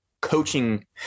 coaching